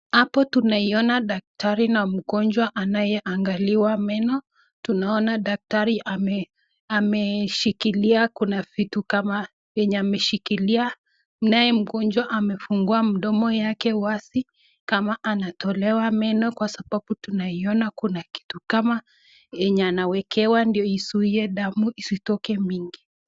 Hapa tunamwon daktari na mgonjwa anayeangaliwa meno. Tunaona daktari ameshikilia kuna vitu kama vyenye ameshikilia naye mgonjwa amefungua mdomo yake wazi kama anatolewa meno kwa sababu tunaon kuna kitu kama yenye anawekewa ndio izuie damu isitoke mingi.